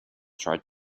tried